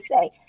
say